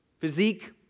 physique